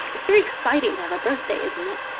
it's very exciting to have a birthday, isn't it?